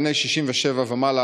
בני ה-67 ומעלה,